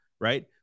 right